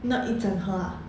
not eaten her